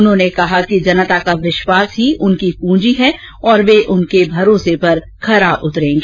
उन्होंने कहा कि जनता का विश्वास ही उनकी पूंजी है और वह उनके भरोसे पर खरा उतरेगी